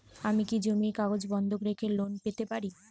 আমি কি জমির কাগজ বন্ধক রেখে লোন পেতে পারি?